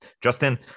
Justin